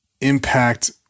impact